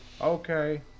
Okay